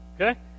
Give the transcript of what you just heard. okay